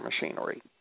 machinery